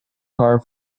car